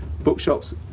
bookshops